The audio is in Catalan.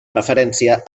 referència